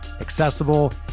accessible